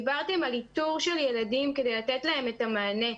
דיברתם על איתור של ילדים כדי לתת להם את המענה.